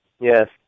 yes